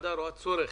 הוועדה רואה צורך